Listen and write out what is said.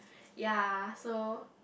ya so